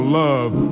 love